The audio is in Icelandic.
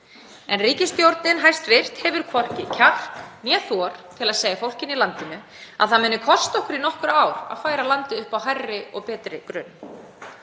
Ríkisstjórnin hefur hvorki kjark né þor til að segja fólkinu í landinu að það muni kosta okkur í nokkur ár að færa landið upp á hærri og betri grunn.